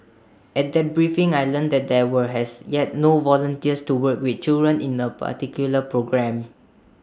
at that briefing I learnt that there were has yet no volunteers to work with children in A particular programme